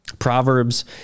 Proverbs